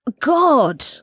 God